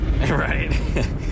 right